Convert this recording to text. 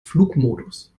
flugmodus